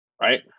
Right